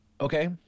Okay